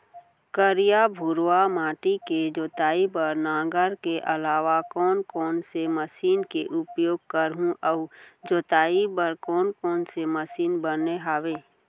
करिया, भुरवा माटी के जोताई बर नांगर के अलावा कोन कोन से मशीन के उपयोग करहुं अऊ जोताई बर कोन कोन से मशीन बने हावे?